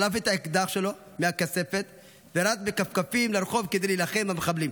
שלף את האקדח שלו מהכספת ורץ בכפכפים לרחוב כדי להילחם במחבלים.